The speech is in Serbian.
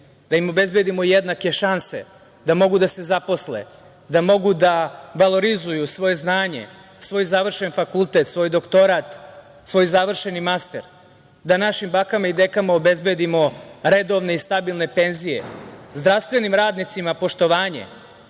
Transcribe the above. da im obezbedimo jednake šanse da mogu da se zaposle, da mogu da valorizuju svoje znanje, svoj završen fakultet, svoj doktorat, svoj završeni master, da našim bakama i dekama obezbedimo redovne i stabilne penzije, zdravstvenim radnicima poštovanje,